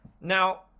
Now